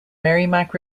merrimack